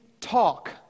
talk